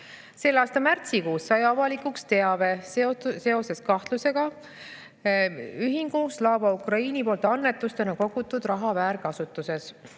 Selle aasta märtsikuus sai avalikuks teave seoses kahtlusega ühingu Slava Ukraini poolt annetustena kogutud raha väärkasutusest.